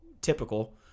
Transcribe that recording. typical